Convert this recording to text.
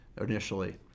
initially